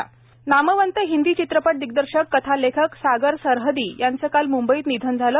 सागर सरहदी निधन नामवंत हिंदी चित्रपट दिग्दर्शक कथा लेखक सागर सरहदी यांचं काल मुंबईत निधन झालं